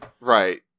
Right